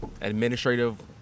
administrative